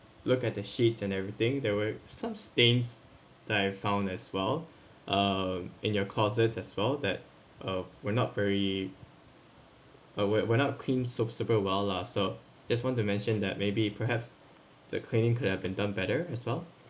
look at the sheets and everything there were some stains that I found as well uh in your closets as well that uh were not very uh were were not clean sup~ super well lah so just want to mention that maybe perhaps the cleaning could have been done better as well